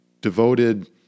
devoted